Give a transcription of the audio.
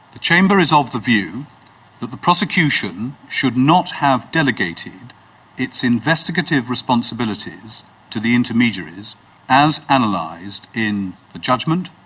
the chamber is of the view that the prosecution should not have delegated its investigative responsibilities to the intermediaries as and analysed in the judgement,